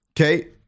Okay